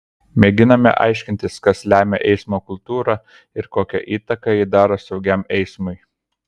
mėginame aiškintis kas lemia eismo kultūrą ir kokią įtaką ji daro saugiam eismui